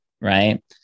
right